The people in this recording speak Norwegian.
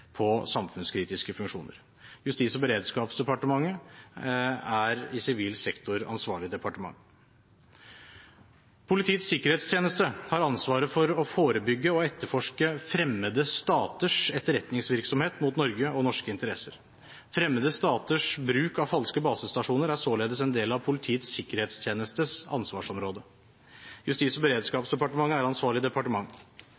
på samfunnskritiske funksjoner. Justis- og beredskapsdepartementet er i sivil sektor ansvarlig departement. Politiets sikkerhetstjeneste har ansvaret for å forebygge og etterforske fremmede staters etterretningsvirksomhet mot Norge og norske interesser. Fremmede staters bruk av falske basestasjoner er således en del av Politiets sikkerhetstjenestes ansvarsområde. Justis- og beredskapsdepartementet er ansvarlig departement.